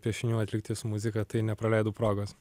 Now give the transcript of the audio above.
piešinių atlikti su muzika tai nepraleidau progos